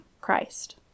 Christ